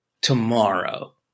tomorrow